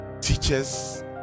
teachers